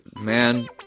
Man